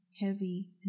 heavy